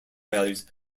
values